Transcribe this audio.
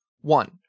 One